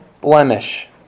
blemish